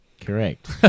Correct